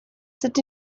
sit